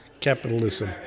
capitalism